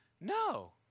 No